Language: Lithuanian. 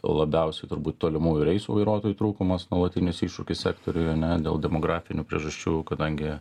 labiausiai turbūt tolimųjų reisų vairuotojų trūkumas nuolatinis iššūkis sektoriui ane dėl demografinių priežasčių kadangi